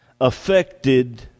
affected